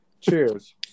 Cheers